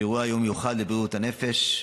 לאירועי היום המיוחד לבריאות הנפש,